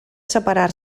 separar